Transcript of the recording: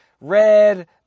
Red